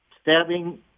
stabbing